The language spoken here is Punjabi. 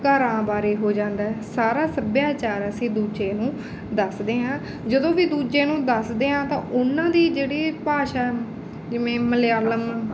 ਘਰਾਂ ਬਾਰੇ ਹੋ ਜਾਂਦਾ ਸਾਰਾ ਸੱਭਿਆਚਾਰ ਅਸੀਂ ਦੂਜੇ ਨੂੰ ਦੱਸਦੇ ਹਾਂ ਜਦੋਂ ਵੀ ਦੂਜੇ ਨੂੰ ਦੱਸਦੇ ਹਾਂ ਤਾਂ ਉਹਨਾਂ ਦੀ ਜਿਹੜੀ ਭਾਸ਼ਾ ਜਿਵੇਂ ਮਲਿਆਲਮ